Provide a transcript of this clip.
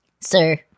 Sir